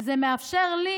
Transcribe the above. זה מאפשר לי